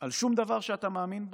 על שום דבר שאתה מאמין בו?